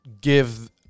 give